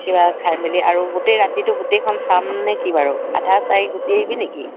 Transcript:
কিবা খাই মেলি আৰু গোটেই ৰাতিটো গোটেইখন চাম নে কি বাৰু আধা চায়েই গুচি আহিবি নেকি